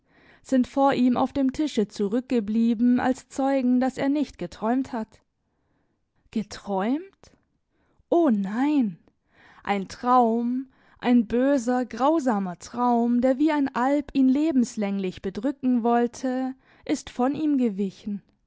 sind vor ihm auf dem tische zurückgeblieben als zeugen daß er nicht geträumt hat geträumt o nein ein iraum ein böser grausamer traum der wie ein alp ihn lebenslänglich bedrücken wollte ist von ihm gewichen